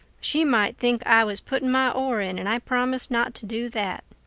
she might think i was putting my oar in and i promised not to do that.